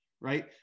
right